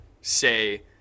say